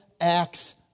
acts